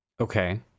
Okay